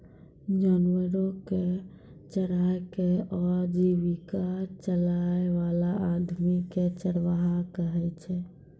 जानवरो कॅ चराय कॅ आजीविका चलाय वाला आदमी कॅ चरवाहा कहै छै